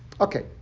okay